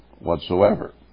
whatsoever